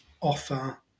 offer